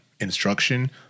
instruction